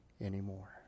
anymore